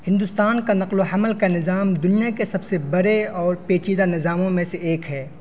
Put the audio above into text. ہندوستان کا نقل و حمل کا نظام دنیا کے سب سے بڑے اور پیچیدہ نظاموں میں سے ایک ہے